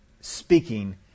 speaking